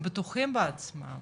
הם בטוחים בעצמם,